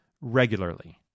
regularly